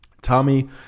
Tommy